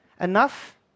Enough